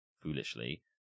foolishly